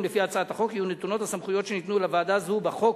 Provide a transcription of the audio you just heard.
לפי הצעת החוק יהיו נתונות הסמכויות שניתנו לוועדה זו בחוק